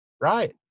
Right